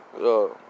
yo